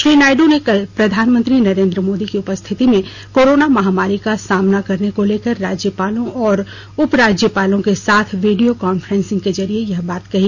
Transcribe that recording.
श्री नायड् ने कल प्रधानमंत्री नरेंद्र मोदी की उपस्थिति में कोरोना महामारी का सामना करने को लेकर राज्यपालों और उप राज्यपालों के साथ वीडियो कॉन्फ्रेन्सिंग के जरिए यह बात कही